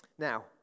Now